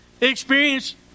experience